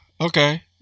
Okay